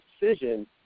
decision